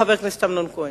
חבר הכנסת אמנון כהן,